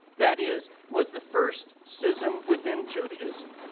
that is, was the first schism within judaism?